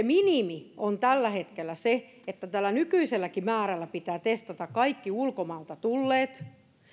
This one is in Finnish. minimi on tällä hetkellä se että tällä nykyiselläkin määrällä pitää testata kaikki ulkomailta tulleet